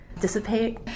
dissipate